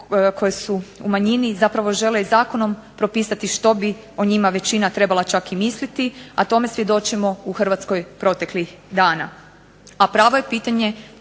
koje su u manjini zapravo žele i zakonom propisati što bi o njima većina trebala čak i misliti, a tome svjedočimo u Hrvatskoj proteklih dana.